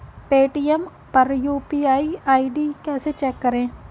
Paytm पर UPI ID कैसे check करें?